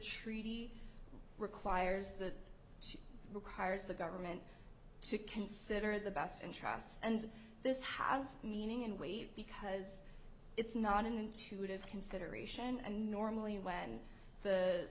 treaty requires that requires the government to consider the best interests and this has meaning in weight because it's non intuitive consideration and normally when the